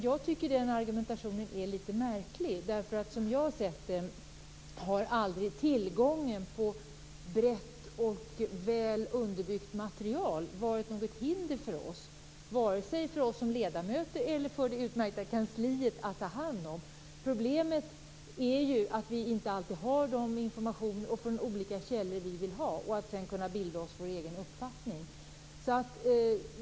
Jag tycker att den argumentationen är litet märklig därför att tillgången på brett och välunderbyggt material aldrig, som jag sett det, varit något hinder vare sig för oss ledamöter eller för det utmärkta kansliet att hantera. Problemet är att vi inte alltid har den information från de olika källorna vi vill ha för att sedan kunna bilda oss en egen uppfattning.